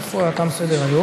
ההצעה להעביר את